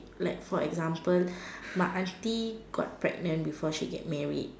like for example my auntie got pregnant before she get married